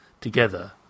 together